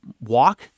walk